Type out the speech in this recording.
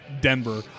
Denver